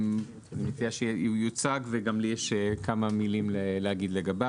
אני מציע שהוא יוצג ואחר כך יש לי כמה מלים לומר עליו.